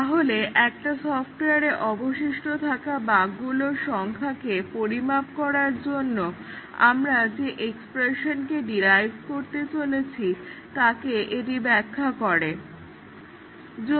তাহলে একটা সফট্ওয়ারে অবশিষ্ট থাকা বাগগুলোর সংখ্যাকে পরিমাপ করার জন্য আমরা যে এক্সপ্রেশনকে ডিরাইভ করতে চলেছি তাকে এটা ব্যাখ্যা করছে